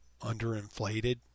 underinflated